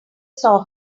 saw